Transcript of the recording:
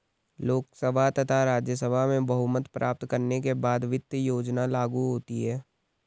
लोकसभा तथा राज्यसभा में बहुमत प्राप्त करने के बाद वित्त योजना लागू होती है